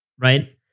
right